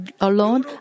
alone